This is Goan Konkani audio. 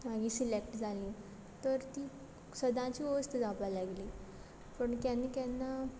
मागीर सिलॅक्ट जालीं तर ती सदांची वोस्त जावपा लागली पूण केन्न केन्ना